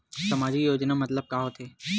सामजिक योजना मतलब का होथे?